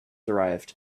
arrived